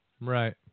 Right